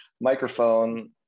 microphone